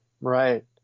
Right